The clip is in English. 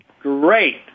Great